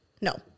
no